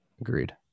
Agreed